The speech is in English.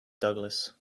douglas